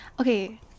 Okay